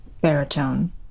baritone